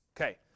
Okay